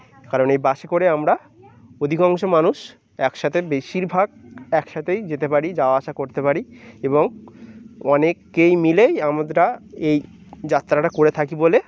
কারণ এই বাসে করে আমরা অধিকাংশ মানুষ একসাথে বেশিরভাগ একসাথেই যেতে পারি যাওয়া আসা করতে পারি এবং অনেকেই মিলেই আমরা এই যাত্রাটা করে থাকি বলে